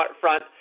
front